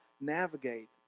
navigate